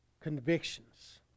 Convictions